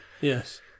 yes